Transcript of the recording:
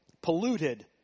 polluted